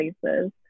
places